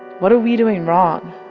what are we doing wrong?